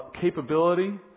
capability